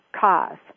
cause